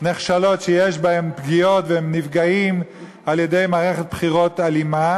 נחשלות שיש בהן פגיעות ונפגעים על-ידי מערכת בחירות אלימה,